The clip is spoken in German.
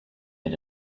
mit